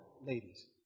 ladies